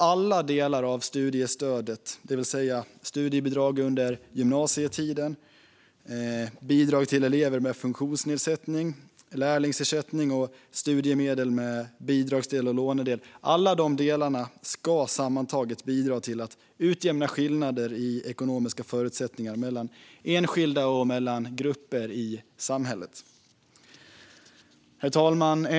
Alla delar av studiestödet, det vill säga studiebidrag under gymnasietiden, bidrag till elever med funktionsnedsättning, lärlingsersättning och studiemedel med bidragsdel och lånedel, ska sammantaget bidra till att utjämna skillnader i ekonomiska förutsättningar mellan enskilda och mellan grupper i samhället. Herr talman!